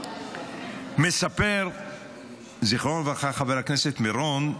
מספר זכרו לברכה חבר הכנסת מרון,